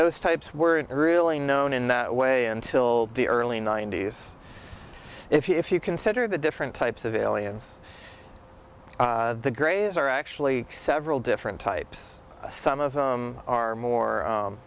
those types weren't really known in that way until the early ninety's if you consider the different types of aliens the grays are actually several different types some of them are more